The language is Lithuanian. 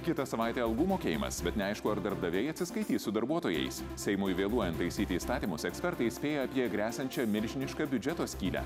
kitą savaitę algų mokėjimas bet neaišku ar darbdaviai atsiskaitys su darbuotojais seimui vėluojant taisyti įstatymus ekspertai įspėja apie gresiančią milžinišką biudžeto skylę